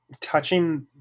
touching